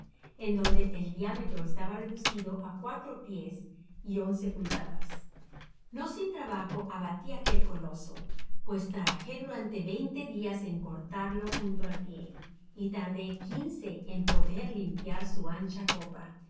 en donde el diámetro estaba reducido á cuatro pies y unce pulgadas no sin trabajo abati aquel coloso pues trabajé durante veinte dias en cortarlo junto al pié y tardó quince en podar y limpiar su ancha copa